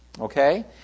Okay